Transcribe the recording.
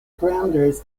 parameters